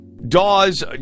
Dawes